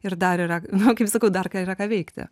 ir dar yra nu kaip sakau dar yra ką veikti